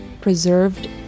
preserved